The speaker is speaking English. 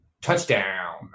touchdown